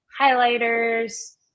highlighters